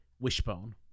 wishbone